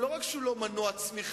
לא רק שהוא לא מנוע צמיחה,